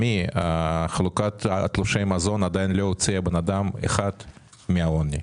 לדעתי חלוקת תלושי מזון עדיין לא הוציאה אדם אחד מן העוני.